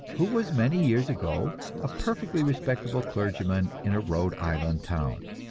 who was many years ago a perfectly respectable clergyman in a rhode island town.